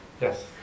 Yes